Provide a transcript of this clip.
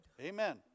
Amen